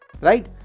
right